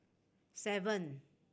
seven